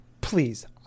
please